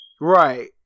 right